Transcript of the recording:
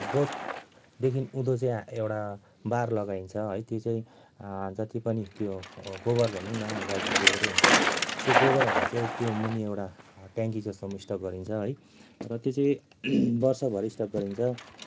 गोठदेखि उँधो चाहिँ है एउटा बार लगाइन्छ है त्यो चाहिंँ जति पनि त्यो गोबर भनौँ न अब गाईको गोबरै हुन्छ त्यो गोबरहरूलाई चाहिँ त्यो मुनि एउटा ट्याङ्की जस्तोमा स्टक गरिन्छ है र त्यो चाहिंँ वर्षभरि स्टक गरिन्छ